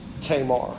Tamar